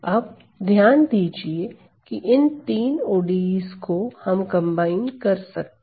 अब ध्यान दीजिए इन 3 ODEs को हम कंबाइन कर सकते हैं